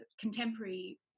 contemporary